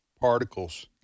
particles